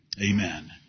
Amen